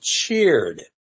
cheered